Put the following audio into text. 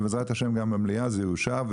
ובעזרת השם גם במליאה זה יאושר,